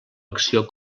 acció